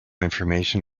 information